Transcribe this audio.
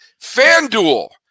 FanDuel